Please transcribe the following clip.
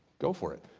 go for it.